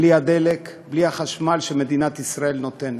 בלי הדלק, בלי החשמל שמדינת ישראל נותנת,